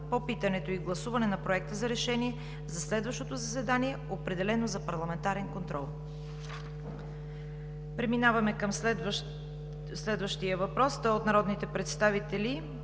по питането и гласуване на Проекта за решение за следващото заседание, определено за парламентарен контрол. Преминаваме към следващия въпрос. Той е от народните представители